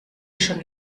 schon